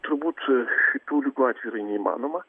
turbūt šitų ligų atveju yra neįmanoma